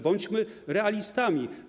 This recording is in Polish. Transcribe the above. Bądźmy realistami.